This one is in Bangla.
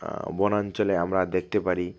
বনাঞ্চলে আমরা দেখতে পারি